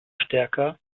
stärker